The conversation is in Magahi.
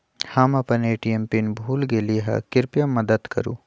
हम अपन ए.टी.एम पीन भूल गेली ह, कृपया मदत करू